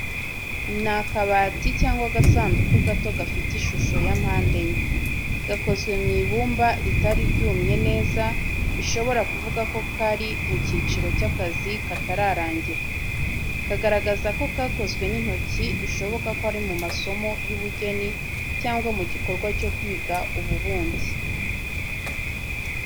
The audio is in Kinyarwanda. Ni akabati cyangwa agasanduku gato gafite ishusho yampande enye. Gakozwe mu ibumba ritari ryumye neza, bishobora kuvuga ko kari mu cyiciro cy’akazi katararangira. Kagaragaza ko kakozwe n’intoki bishoboka ko ari mu masomo y’ubugeni cyangwa mu gikorwa cyo kwiga ububumbyi.